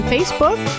Facebook